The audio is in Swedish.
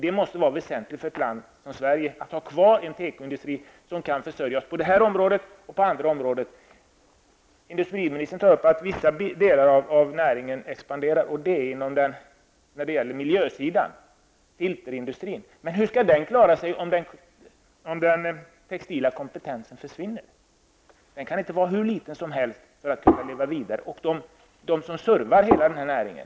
Vidare måste det vara väsentligt för ett land som Sverige att ha kvar en tekoindustri som kan försörja oss med produkter på det här området liksom på andra områden. Industriministern säger att vissa delar av näringen expanderar. Det gäller då miljösidan, filterindustrin. Men hur skall denna klara sig om den textila kompetensen försvinner? För att näringen skall kunna leva vidare får denna kompetens inte vara hur liten som helst. Vi måste också tänka på alla dem som servar den här näringen.